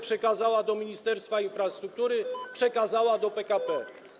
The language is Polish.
przekazała do Ministerstwa Infrastruktury, przekazała do PKP.